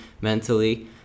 mentally